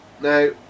now